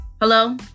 Hello